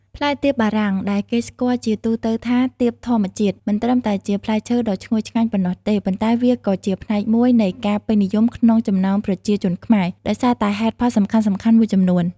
ផ្លែទៀបបារាំងដែលគេស្គាល់ជាទូទៅថា ទៀបធម្មជាតិ មិនត្រឹមតែជាផ្លែឈើដ៏ឈ្ងុយឆ្ងាញ់ប៉ុណ្ណោះទេ ប៉ុន្តែវាក៏ជាផ្នែកមួយនៃការពេញនិយមក្នុងចំណោមប្រជាជនខ្មែរ ដោយសារតែហេតុផលសំខាន់ៗមួយចំនួន។